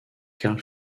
carl